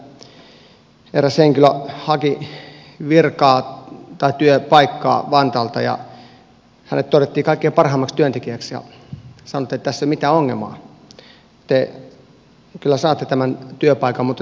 minulle kerrottiin että eräs henkilö haki virkaa tai työpaikkaa vantaalta ja hänet todettiin kaikkein parhaimmaksi työntekijäksi ja sanottiin että tässä ei ole mitään ongelmaa te kyllä saatte tämän työpaikan mutta tässä on yksi mutka matkassa